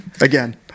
Again